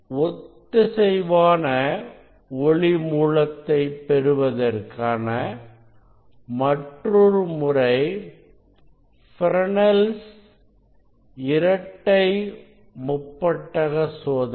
ஒத்திசைவான ஒளி மூலத்தை பெறுவதற்கான மற்றொரு முறை Fresnel's இரட்டை முப்பட்டக சோதனை